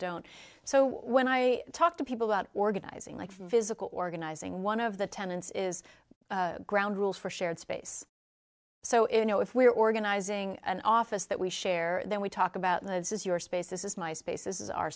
don't so when i talk to people about organizing like physical organizing one of the tenants is ground rules for shared space so if you know if we're organizing an office that we share then we talk about this is your space this is my space